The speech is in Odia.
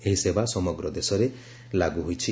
ଏହି ସେବା ସମଗ୍ର ଦେଶରେ ଲାଗୁ ହୋଇଛି